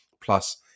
Plus